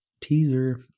teaser